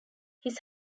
his